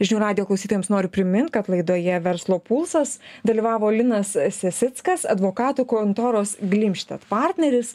žinių radijo klausytojams noriu primint kad laidoje verslo pulsas dalyvavo linas sesickas advokatų kontoros glimstedt partneris